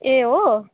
ए हो